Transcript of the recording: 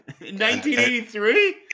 1983